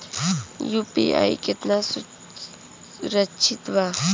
UPI कितना सुरक्षित बा?